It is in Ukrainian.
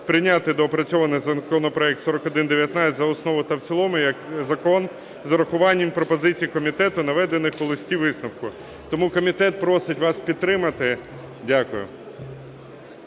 прийняти доопрацьований законопроект 4119 за основу та в цілому як закон з урахуванням пропозицій комітету наведених у листі-висновку. Тому комітет просить вас підтримати. Дякую.